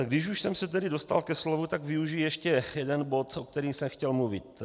Když už jsem se tedy dostal ke slovu, tak využiji ještě jeden bod, o kterém jsem chtěl mluvit.